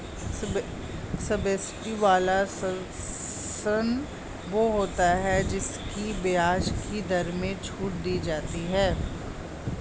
subsidy वाला ऋण वो होता है जिसकी ब्याज की दर में छूट दी जाती है